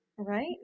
Right